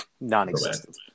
non-existent